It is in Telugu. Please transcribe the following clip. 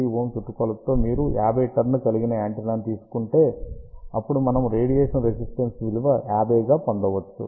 1λ చుట్టుకొలత తో మీరు 50 టర్న్ కలిగిన యాంటెన్నా ను తీసుకుంటే అప్పుడు మనము రేడియేషన్ రెసిస్టెన్స్ విలువ 50Ω గా పొందవచ్చు